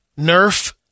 Nerf